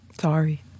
Sorry